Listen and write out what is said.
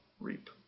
reap